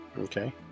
Okay